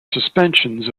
suspensions